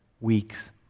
weeks